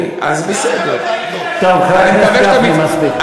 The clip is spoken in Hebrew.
חבר הכנסת גפני, מספיק.